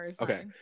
okay